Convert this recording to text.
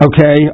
Okay